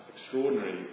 extraordinary